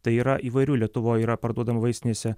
tai yra įvairių lietuvoj yra parduodamų vaistinėse